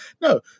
No